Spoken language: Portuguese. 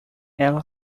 ela